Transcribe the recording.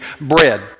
bread